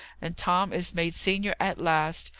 and tom is made senior at last.